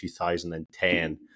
2010